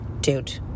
Dude